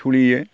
सोलियो